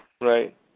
Right